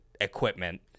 equipment